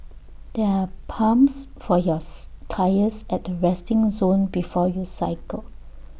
there are pumps for yours tyres at the resting zone before you cycle